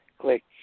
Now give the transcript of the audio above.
click